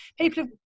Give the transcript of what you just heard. people